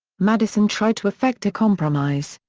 madison tried to effect a compromise,